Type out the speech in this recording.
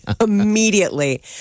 Immediately